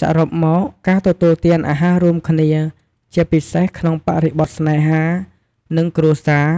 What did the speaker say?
សរុបមក ការទទួលទានអាហាររួមគ្នា ជាពិសេសក្នុងបរិបទស្នេហា និងគ្រួសារ